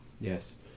Yes